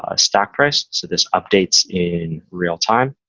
ah stock price. so this updates in real time.